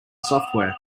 software